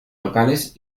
locales